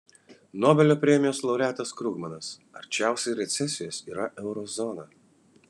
nobelio premijos laureatas krugmanas arčiausiai recesijos yra euro zona